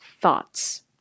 thoughts